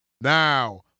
now